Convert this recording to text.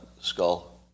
skull